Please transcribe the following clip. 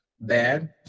Bad